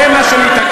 זה מה שמתעכב.